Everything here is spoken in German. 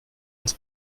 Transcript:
als